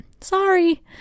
Sorry